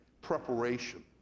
preparation